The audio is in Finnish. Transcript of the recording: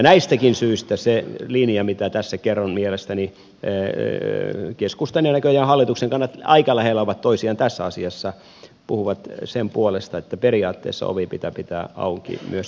näistäkin syistä se linja mitä tässä kerron mielestäni keskustan ja näköjään hallituksen kannat aika lähellä ovat toisiaan tässä asiassa puhuu sen puolesta että periaatteessa ovi pitää pitää auki myös ydinvoimalle